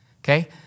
Okay